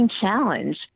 challenge